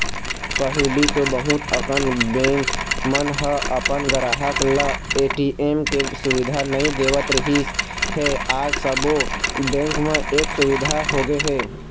पहिली तो बहुत अकन बेंक मन ह अपन गराहक ल ए.टी.एम के सुबिधा नइ देवत रिहिस हे आज सबो बेंक म ए सुबिधा होगे हे